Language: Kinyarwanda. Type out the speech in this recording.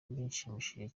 bishimishije